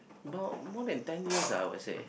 more more than ten years ah I would say